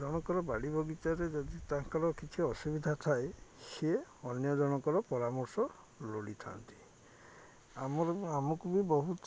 ଜଣଙ୍କର ବାଡ଼ି ବଗିଚାରେ ଯଦି ତାଙ୍କର କିଛି ଅସୁବିଧା ଥାଏ ସିଏ ଅନ୍ୟ ଜଣଙ୍କର ପରାମର୍ଶ ଲୋଡ଼ିଥାନ୍ତି ଆମର ଆମକୁ ବି ବହୁତ